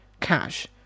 cash